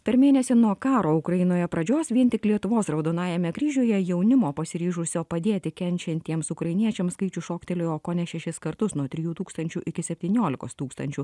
per mėnesį nuo karo ukrainoje pradžios vien tik lietuvos raudonajame kryžiuje jaunimo pasiryžusio padėti kenčiantiems ukrainiečiams skaičius šoktelėjo kone šešis kartus nuo trijų tūkstančių iki septyniolikos tūkstančių